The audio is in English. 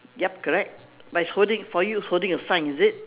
yup correct but he is holding for you holding a sign is it